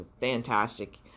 fantastic